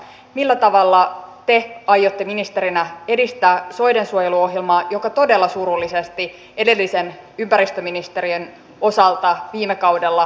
millä tavalla te aiotte ministerinä edistää soidensuojeluohjelmaa joka todella surullisesti edellisen ympäristöministerin osalta viime kaudella torpattiin